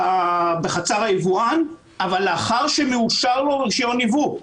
בחצר היבואן אבל לאחר שמאושר לו רישיון יבוא.